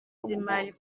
z’imari